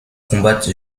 combattre